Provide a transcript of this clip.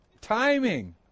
Timing